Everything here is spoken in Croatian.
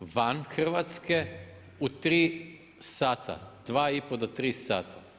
van Hrvatske u tri sata, 2 i pol do tri sata.